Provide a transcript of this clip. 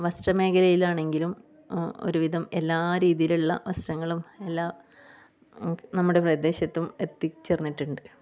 വസ്ത്രമേഖലയിൽ ആണെങ്കിലും ഒരുവിധം എല്ല രീതിയിലുള്ള വസ്ത്രങ്ങളും എല്ലാം നമ്മുടെ പ്രദേശത്തും എത്തിച്ചേർന്നിട്ടുണ്ട്